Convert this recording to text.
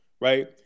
right